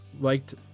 liked